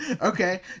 Okay